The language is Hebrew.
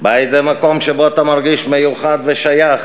בית זה מקום שבו אתה מרגיש מיוחד ושייך,